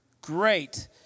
great